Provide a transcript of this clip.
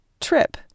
Trip